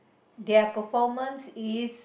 their performance is